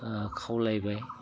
खावलायबाय